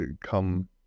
come